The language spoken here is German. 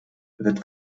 wird